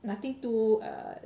nothing to err